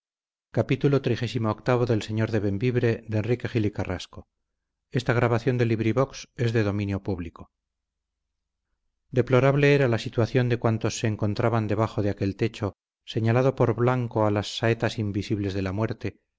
deplorable era la situación de cuantos se encontraban debajo de aquel techo señalado por blanco a las saetas invisibles de la muerte